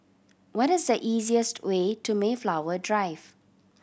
what is the easiest way to Mayflower Drive